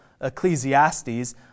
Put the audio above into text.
Ecclesiastes